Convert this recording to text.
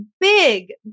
big